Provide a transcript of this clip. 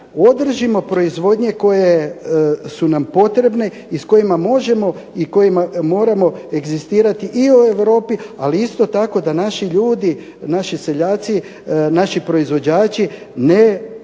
održimo proizvodnje koje su nam potrebne i s kojima možemo i s kojima moramo egzistirati i u Europi, ali isto tako da naši ljudi, naši seljaci, naši proizvođači ne